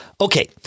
okay